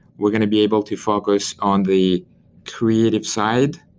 we're going to be able to focus on the creative side.